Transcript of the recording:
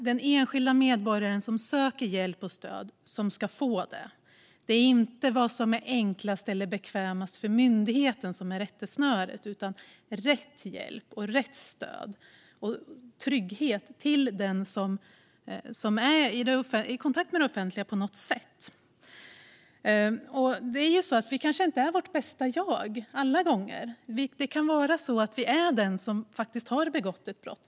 Den enskilda medborgaren som söker hjälp och stöd ska få det. Det är inte vad som är enklast eller bekvämast för myndigheten som är rättesnöret, utan rätt hjälp, rätt stöd och trygghet till den som på något sätt är i kontakt med det offentliga är det viktiga. Vi kanske inte är vårt bästa jag alla gånger. Det kanske kan vara så att vi är de som har begått brott.